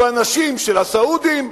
ובנשים של הסעודים,